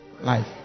Life